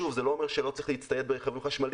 שוב, זה לא אומר שלא צריך להצטייד ברכבים חשמליים.